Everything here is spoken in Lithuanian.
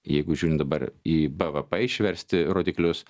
jeigu žiūrint dabar į bvp išversti rodiklius